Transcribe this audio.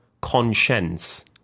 conscience